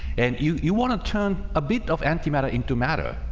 and you you want to turn a bit of antimatter into matter.